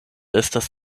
estas